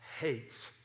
hates